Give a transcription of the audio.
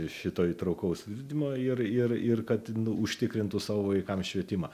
šito įtraukaus ugdymo ir ir ir kad užtikrintų savo vaikams švietimą